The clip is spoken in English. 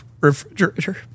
refrigerator